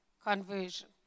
conversion